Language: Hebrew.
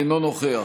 אינו נוכח